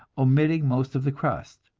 omitting most of the crust.